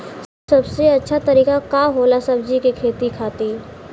सबसे अच्छा तरीका का होला सब्जी के खेती खातिर?